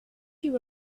you